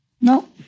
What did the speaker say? no